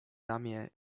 ramię